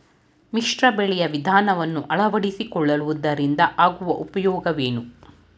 ಮಿಶ್ರ ಬೆಳೆಯ ವಿಧಾನವನ್ನು ಆಳವಡಿಸಿಕೊಳ್ಳುವುದರಿಂದ ಆಗುವ ಉಪಯೋಗವೇನು?